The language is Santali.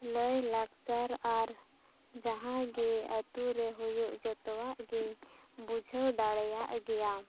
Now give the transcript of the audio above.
ᱞᱟᱭ ᱞᱟᱠᱪᱟᱨ ᱟᱨ ᱡᱟᱦᱟᱸᱭ ᱜᱮ ᱟᱹᱛᱩ ᱨᱮ ᱦᱩᱭᱩᱜ ᱡᱚᱛᱚᱣᱟᱜ ᱜᱤᱧ ᱵᱩᱡᱷᱟᱹᱣ ᱫᱟᱲᱮᱭᱟᱜ ᱜᱮᱭᱟ